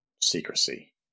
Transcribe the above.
secrecy